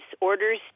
orders